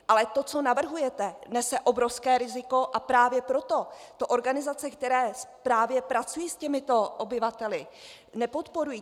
Ale to, co navrhujete, nese obrovské riziko, a právě proto to organizace, které právě pracují s těmito obyvateli, nepodporují.